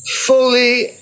fully